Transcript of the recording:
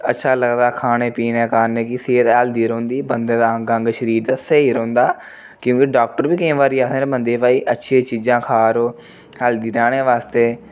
अच्छा लगदा खाने पीने कारण कि सेह्त हैल्दी रौंह्दी ते बंदे दा अंग अंग शरीर स्हेई रौंह्दा क्योंकि डाक्टर बी केईं बारी आखदे न बंदे भाई कि अच्छियां चीज़ां खा करो हैल्दी रौह्ने बास्तै